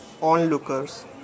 Onlookers